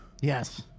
Yes